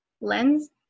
lens